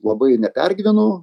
labai nepergyvenu